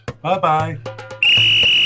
Bye-bye